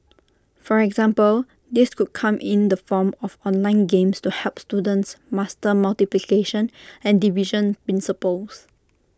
for example this could come in the form of online games to help students master multiplication and division principles